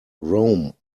rome